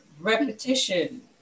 repetition